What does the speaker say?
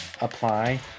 apply